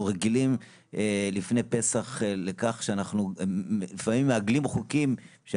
אנחנו רגילים לפני פסח לכך שאנחנו לפעמים מעגלים חוקים בשביל